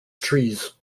trees